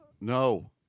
No